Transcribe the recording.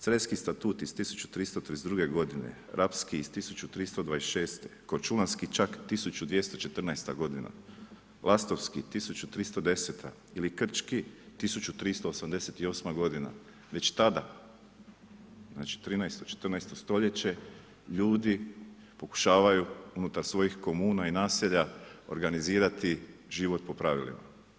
Creski statut iz 1332. g. rapski iz 1326. korčulanski čak 1214. godina, Lastovski 1310. ili Krčki 1388. godina, već tada, znači 13., 14. stoljeće ljudi pokušavaju unutar svojih komuna i naselja organizirati život po pravilima.